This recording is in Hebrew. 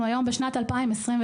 אנחנו נמצאים בשנת 2023,